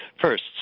first